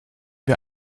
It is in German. wir